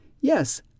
yes